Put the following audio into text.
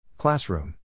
Classroom